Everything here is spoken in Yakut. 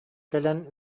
кэлэн